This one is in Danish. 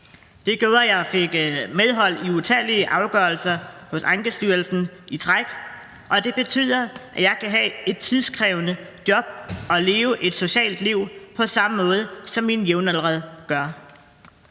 Det gjorde, at jeg fik medhold i utallige afgørelser hos Ankestyrelsen i træk, og det betyder, at jeg kan have et tidskrævende job og leve et socialt liv på samme måde, som mine jævnaldrende gør.